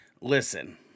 Listen